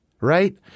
right